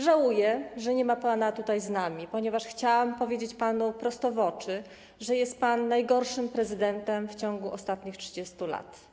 Żałuję, że nie ma pana tutaj z nami, ponieważ chciałam powiedzieć panu prosto w oczy, że jest pan najgorszym prezydentem w ciągu ostatnich 30 lat.